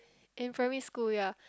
in primary school yea